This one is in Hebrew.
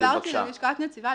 אני העברתי ללשכת נציבה.